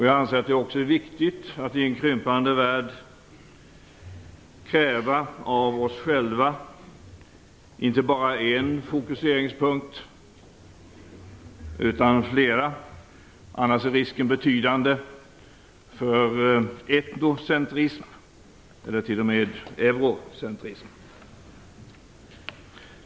Jag anser också att det är viktigt att i en krympande värld kräva av oss själva inte bara en fokuseringspunkt utan flera. Annars är risken betydande för etnocentrism eller t.o.m. eurocentrism.